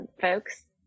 folks